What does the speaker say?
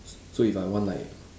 so if I want like